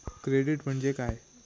Credit म्हणजे काय?